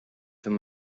him